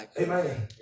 Amen